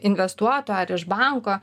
investuotų ar iš banko